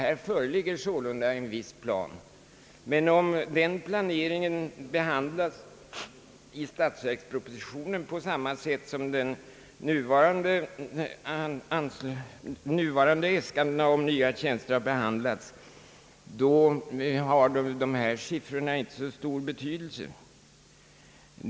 Här föreligger sålunda en viss plan, men om den planeringen behandlas i statsverkspropositionen på samma sätt som de nuvarande äskandena av nya tjänster har behandlats, då har dessa siffror inte så stor betydelse.